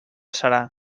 serà